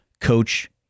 coach